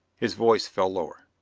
his voice fell lower.